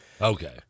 Okay